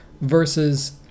versus